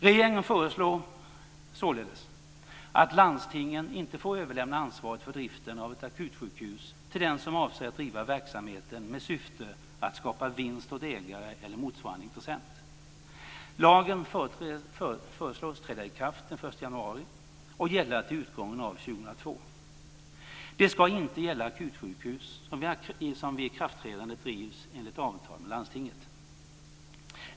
Regeringen föreslår således att landstingen inte får överlämna ansvaret för driften av ett akutsjukhus till den som avser att driva verksamheten med syfte att skapa vinst åt ägare eller motsvarande intressent. Lagen föreslås träda i kraft den 1 januari 2001 och gälla till utgången av år 2002. Den ska inte gälla akutsjukhus som vid ikraftträdandet drivs enligt avtal med landstinget.